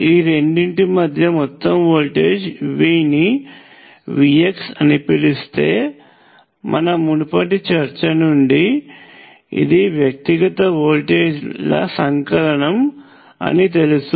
ఈ రెండింటి మధ్య మొత్తం వోల్టేజ్ ని Vx అని పిలిస్తే మన మునుపటి చర్చ నుండి ఇది వ్యక్తిగత వోల్టేజ్ల సంకలనం అని తెలుసు